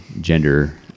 gender